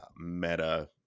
meta